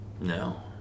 No